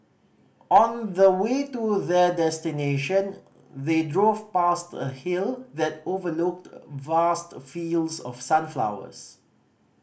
on the way to their destination they drove past a hill that overlooked vast fields of sunflowers